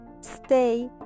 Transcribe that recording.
stay